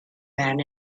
men